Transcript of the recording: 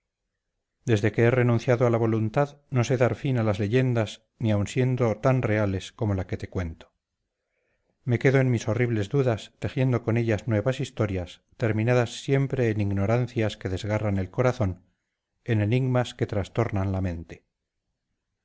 desde que he renunciado a la voluntad no sé dar fin a las leyendas ni aun siendo tan reales como la que te cuento me quedo en mis horribles dudas tejiendo con ellas nuevas historias terminadas siempre en ignorancias que desgarran el corazón en enigmas que trastornan la mente